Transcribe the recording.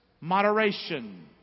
moderation